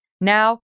Now